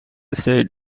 said